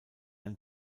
ein